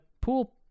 pool